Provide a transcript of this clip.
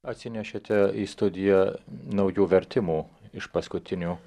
atsinešėte į studiją naujų vertimų iš paskutinių